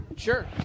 Sure